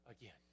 again